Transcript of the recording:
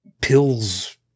Pills